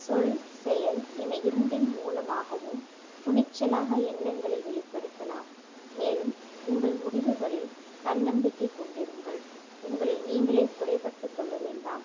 சொல் செயல் என இரண்டின் மூலமாகவும் துணிச்சலாக எண்ணங்களை வெளிப்படுத்தலாம் மேலும் உங்கள் முடிவுகளில் தன்னம்பிக்கை கொண்டிருங்கள் உங்களை நீங்களே குறைபட்டுக் கொள்ள வேண்டாம்